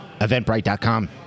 eventbrite.com